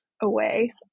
away